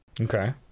Okay